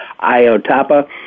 Iotapa